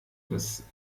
das